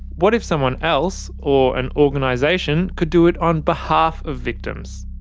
what if someone else or an organisation could do it on behalf of victims?